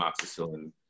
amoxicillin